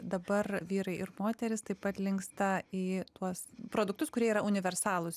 dabar vyrai ir moterys taip pat linksta į tuos produktus kurie yra universalūs